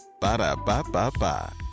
Ba-da-ba-ba-ba